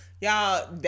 Y'all